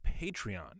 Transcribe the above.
Patreon